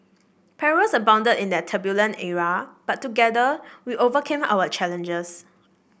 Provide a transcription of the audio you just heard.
perils abounded in that turbulent era but together we overcame our challenges